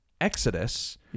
Exodus